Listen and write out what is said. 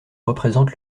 représente